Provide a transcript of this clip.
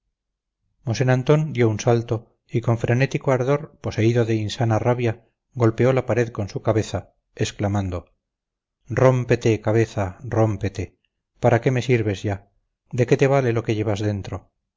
mosén antón dio un salto y con frenético ardor poseído de insana rabia golpeó la pared con su cabeza exclamando rómpete cabeza rómpete para qué me sirves ya de qué te vale lo que llevas dentro